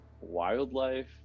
wildlife